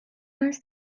است